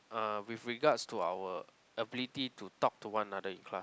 uh with regards to our ability to talk to one another in class